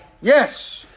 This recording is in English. Yes